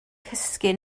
cysgu